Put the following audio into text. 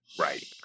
right